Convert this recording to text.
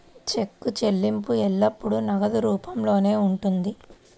చెక్కు చెల్లింపు ఎల్లప్పుడూ నగదు రూపంలోనే ఉంటుంది